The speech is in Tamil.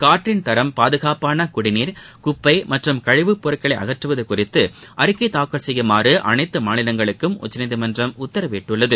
காற்றின் தரம் பாதுகாப்பான குடிநீர் குப்பை மற்றும் கழிவுப் பொருட்களை அகற்றுவது குறித்து அறிக்கை தாக்கல் செய்யுமாறு அனைத்து மாநிலங்களுக்கும் உச்சநீதிமன்றம் உத்தரவிட்டுள்ளது